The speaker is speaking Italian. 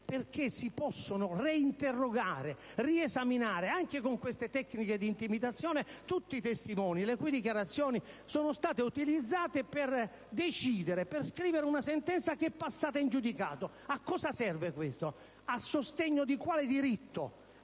Perché si possono interrogare nuovamente, riesaminare, anche sulla base di queste tecniche di intimidazione, tutti i testimoni le cui dichiarazioni sono state utilizzate per decidere e scrivere una sentenza passata in giudicato. A cosa serve questo? A sostegno di quale diritto?